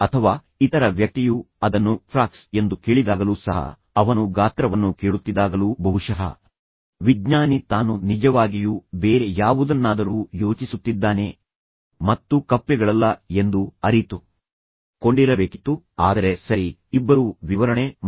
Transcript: ಅಥವಾ ಇತರ ವ್ಯಕ್ತಿಯು ಅದನ್ನು ಫ್ರಾಕ್ಸ್ ಎಂದು ಕೇಳಿದಾಗಲೂ ಸಹ ಅವನು ಗಾತ್ರವನ್ನು ಕೇಳುತ್ತಿದ್ದಾಗಲೂ ಬಹುಶಃ ವಿಜ್ಞಾನಿ ತಾನು ನಿಜವಾಗಿಯೂ ಬೇರೆ ಯಾವುದನ್ನಾದರೂ ಯೋಚಿಸುತ್ತಿದ್ದಾನೆ ಮತ್ತು ಕಪ್ಪೆಗಳಲ್ಲ ಎಂದು ಅರಿತುಕೊಂಡಿರಬೇಕಿತ್ತು ಆದರೆ ಸರಿ ನನಗೆ ದೊಡ್ಡ ಕಪ್ಪೆಗಳ ಅಗತ್ಯವಿಲ್ಲ ಎಂದು ಅವನು ಮತ್ತೆ ಯೋಚಿಸಿದನು